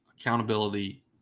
accountability